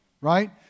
Right